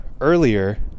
earlier